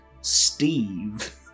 Steve